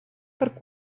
per